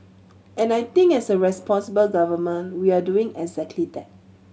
and I think as a responsible government we're doing exactly that